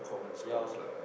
ya